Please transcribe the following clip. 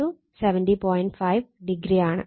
5 o ആണ്